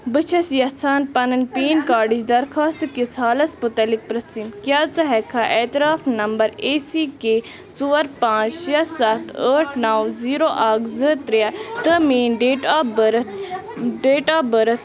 بہٕ چھَس یژھان پَنٕنۍ پین کارڈٕچ درخۄاستہٕ کِس حالَس متعلق پرژھٕنۍ کیٛاہ ژٕ ہٮ۪کھا اعتراف نمبَر اے سی کے ژور پانٛژھ شےٚ سَتھ ٲٹھ نَو زیٖرَو اَکھ زٕ ترٛےٚ تہٕ میٲنۍ date of birth date of birth